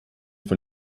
von